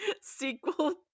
sequel